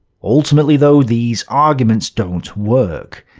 ultimately though, these arguments don't work.